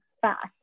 fast